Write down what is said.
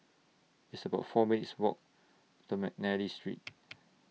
It's about four minutes' Walk to Mcnally Street